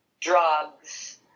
drugs